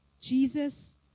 Jesus